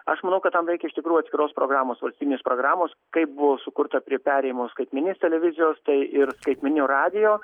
aš manau kad tam reikia iš tikrųjš atskiros programos valstybinės programos kaip buvo sukurta prie perėjimo skaitmeninės televizijos tai ir skaitmeninio radijo